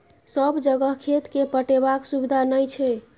सब जगह खेत केँ पटेबाक सुबिधा नहि छै